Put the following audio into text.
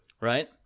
right